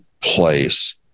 place